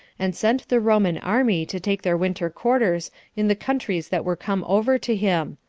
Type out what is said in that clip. and sent the roman army to take their winter quarters in the countries that were come over to him,